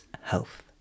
health